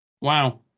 wow